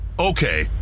Okay